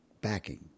backing